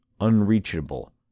unreachable